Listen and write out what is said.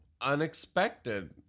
unexpected